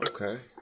Okay